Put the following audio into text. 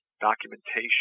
documentation